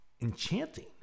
enchanting